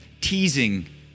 teasing